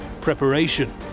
Preparation